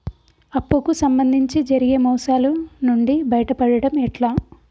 అప్పు కు సంబంధించి జరిగే మోసాలు నుండి బయటపడడం ఎట్లా?